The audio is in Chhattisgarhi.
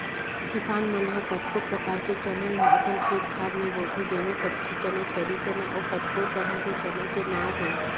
किसान मन ह कतको परकार के चना ल अपन खेत खार म बोथे जेमा कटही चना, खैरी चना अउ कतको तरह के चना के नांव हे